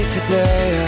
Today